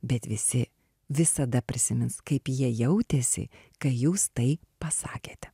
bet visi visada prisimins kaip jie jautėsi kai jūs tai pasakėt